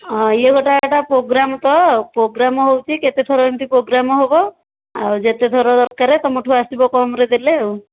ହଁ ଇଏ ଗୋଟେ ଏଇଟା ପ୍ରୋଗାମ୍ ତ ପ୍ରୋଗାମ୍ ହେଉଛି କେତେ ଥର ଏମିତି ପ୍ରୋଗାମ୍ ହେବ ଆଉ ଯେତେ ଥର ଦରକାର ତୁମଠୁ ଆସିବ କମ୍ରେ ଦେଲେ ଆଉ